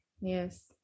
Yes